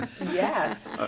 Yes